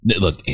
look